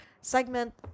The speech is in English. segment